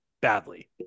badly